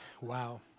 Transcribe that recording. wow